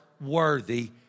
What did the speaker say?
worthy